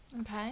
Okay